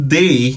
day